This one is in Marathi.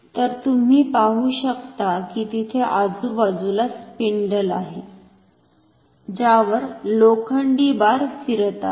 तर तुम्ही पाहु शकता की तिथे आजूबाजूला स्पिंडल आहे ज्यावर लोखंडी बार फिरत आहे